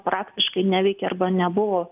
praktiškai neveikė arba nebuvo